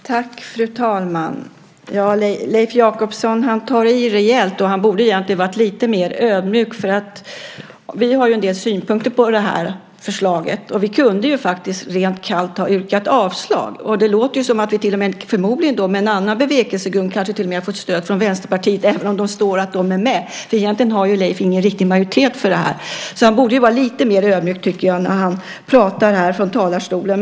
Fru talman! Leif Jakobsson tar i rejält. Egentligen borde han vara lite mer ödmjuk. Vi har en del synpunkter på det här förslaget och kunde faktiskt rent kallt ha yrkat avslag. Det låter som att vi då till och med, förmodligen med en annan bevekelsegrund, skulle ha fått stöd från Vänsterpartiet även om det står att de är med. Egentligen har ju Leif ingen riktig majoritet för detta, så han borde, tycker jag, vara lite mer ödmjuk när han talar här från talarstolen.